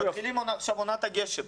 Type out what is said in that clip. מתחילים עכשיו את עונת הגשם.